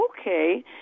okay